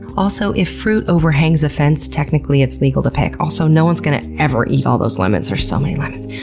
also, if fruit overhangs a fence, technically it's legal to pick. also, no one's going to ever eat all those lemons. there's so many lemons!